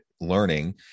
learning